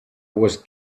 was